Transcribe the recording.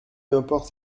importe